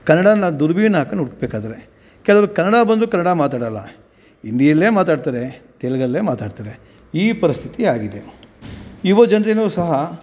ಕನ್ನಡಾನ ದುರ್ಬೀನು ಹಾಕ್ಕಂಡು ಹುಡುಕ್ಬೇಕಾದ್ರೆ ಕೆಲವ್ರು ಕನ್ನಡ ಬಂದರೂ ಕನ್ನಡ ಮಾತಾಡೋಲ್ಲ ಹಿಂದಿಯಲ್ಲೇ ಮಾತಾಡ್ತಾರೆ ತೆಲುಗಲ್ಲೇ ಮಾತಾಡ್ತಾರೆ ಈ ಪರಿಸ್ಥಿತಿ ಆಗಿದೆ ಯುವ ಜನರಿಗೂ ಸಹ